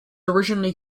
originally